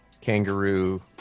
kangaroo